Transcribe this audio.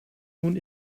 nun